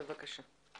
בבקשה.